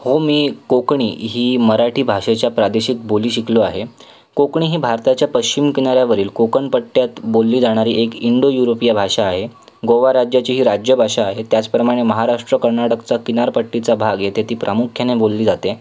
हो मी कोकणी ही मराठी भाषेच्या प्रादेशिक बोली शिकलो आहे कोकणी ही भारताच्या पश्चिम किनाऱ्यावरील कोकणपट्ट्यात बोलली जाणारी एक इंडो युरोपिय भाषा आहे गोवा राज्याची ही राज्यभाषा आहे त्याचप्रमाणे महाराष्ट्र कर्नाटकचा किनारपट्टीचा भाग येथे ती प्रामुख्याने बोलली जाते